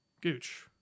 Gooch